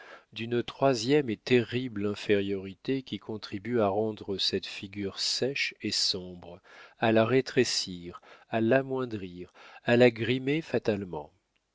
d'une troisième et terrible infériorité qui contribue à rendre cette figure sèche et sombre à la rétrécir à l'amoindrir à la grimer fatalement